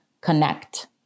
connect